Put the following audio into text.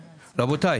רבותיי,